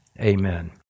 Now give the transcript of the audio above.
Amen